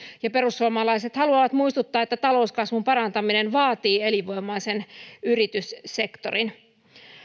perussuomalaiset haluavat muistuttaa että talouskasvun parantaminen vaatii elinvoimaisen yrityssektorin